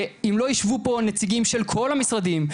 ואם לא ישבו פה נציגים של כל המשרדים,